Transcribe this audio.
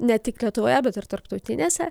ne tik lietuvoje bet ir tarptautinėse